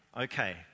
Okay